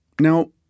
Now